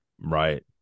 Right